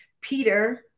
peter